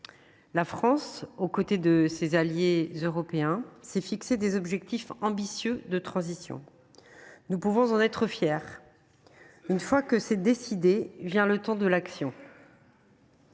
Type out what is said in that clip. La France, aux côtés de ses alliés européens, s’est fixé des objectifs ambitieux de transition. Si nous pouvons en être fiers, il faut qu’une fois la décision prise vienne le temps de l’action.